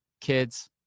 kids